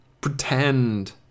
pretend